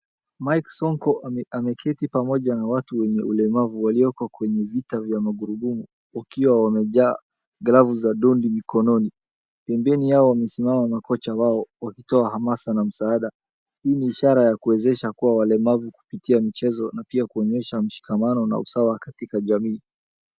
Mike Sonko ameketi pamoja na watu wenye ulemavu walioko kwenye vita vya magurudumu wakiwa wamevaa glavu za dondi mikononi. Pembeni yao wamesimama makocha wao wakitoa hamasa na msaada hii ni ishara ya kuonyesha walemavu katika mchezo na katika usawa katika jamii.